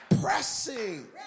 pressing